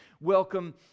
welcome